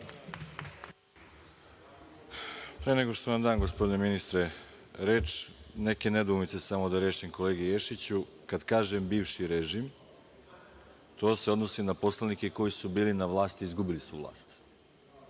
Pre nego što vam dam gospodine ministre reč, neke nedoumice samo da rešim kolegi Ješiću. Kada kažem bivši režim, to se odnosi na poslanike koji su bili na vlasti i izgubili su vlast